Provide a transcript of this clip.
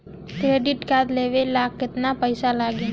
Credit card लेवे ला केतना पइसा लागी?